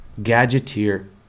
Gadgeteer